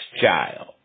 child